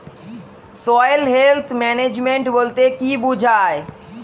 Soil health management বলতে কি বুঝায়?